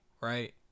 right